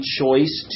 choice